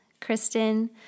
Kristen